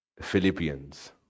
Philippians